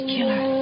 Killer